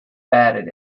batted